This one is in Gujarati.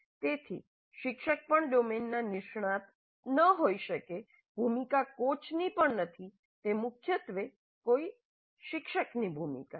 તેથી શિક્ષક પણ ડોમેનના નિષ્ણાત ન હોઈ શકે ભૂમિકા કોચની પણ નથી તે મુખ્યત્વે કોઈ શિક્ષકની ભૂમિકા છે